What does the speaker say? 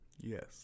Yes